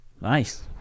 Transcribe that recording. Nice